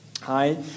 Hi